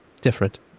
different